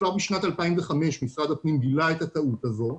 כבר בשנת 2005 משרד הפנים גילה את הטעות הזו,